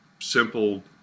simple